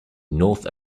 north